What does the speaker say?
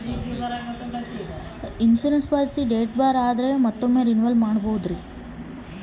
Insurance policy date bar ಆದರೆ ಮತ್ತೊಮ್ಮೆ renewal ಮಾಡಬಹುದ್ರಿ?